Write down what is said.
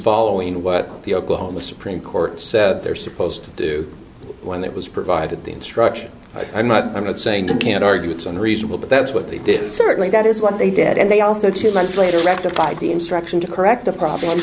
following what the oklahoma supreme court said they're supposed to do when that was provided the instruction i'm not i'm not saying the can argue it's unreasonable but that's what they did certainly that is what they did and they also two months later rectified the instruction to correct the problem